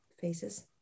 faces